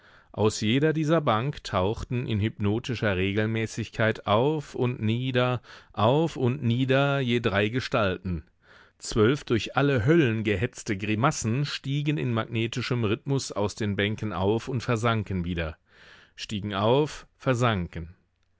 aus jeder dieser bank tauchten in hypnotischer regelmäßigkeit auf und nieder auf und nieder je drei gestalten zwölf durch alle höllen gehetzte grimassen stiegen in magnetischem rhythmus aus den bänken auf und versanken wieder stiegen auf versanken